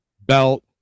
belt